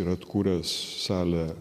ir atkūręs salę